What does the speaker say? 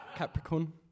Capricorn